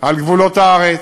על גבולות הארץ,